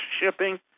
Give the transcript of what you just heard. shipping